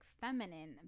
feminine